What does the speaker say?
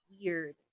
weird